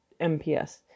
MPS